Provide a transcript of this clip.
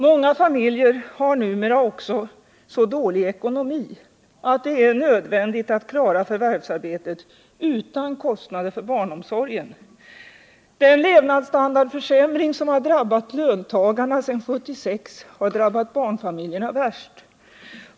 Många familjer har numera också så dålig ekonomi att det är nödvändigt att klara förvärvsarbetet utan kostnader för barnomsorgen. Den levnadsstandardförsämring som drabbat löntagarna sedan 1976 har drabbat barnfamiljerna värst.